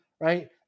Right